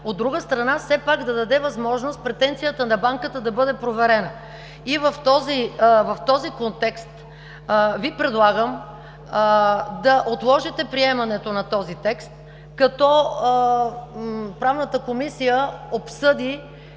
от друга страна, все пак да даде възможност претенцията на банката да бъде проверена. И в този контекст Ви предлагам да отложите приемането на този текст, като Правната комисия обсъди